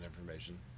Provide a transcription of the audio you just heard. information